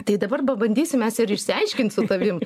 tai dabar pabandysim mes ir išsiaiškint su tavim